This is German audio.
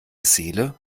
seele